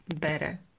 better